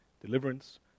deliverance